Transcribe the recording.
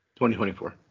2024